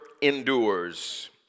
endures